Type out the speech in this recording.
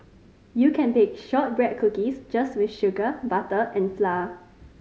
you can bake shortbread cookies just with sugar butter and flour